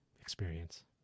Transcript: experience